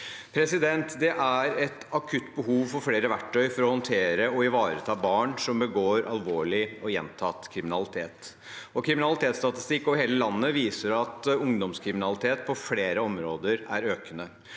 elever. Det er et akutt behov for flere verktøy for å håndtere og ivareta barn som begår alvorlig og gjentatt kriminalitet. Kriminalitetsstatistikk over hele landet viser at ungdomskriminalitet på flere områder er økende.